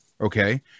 Okay